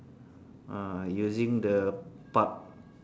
ah using the park